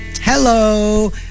Hello